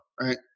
right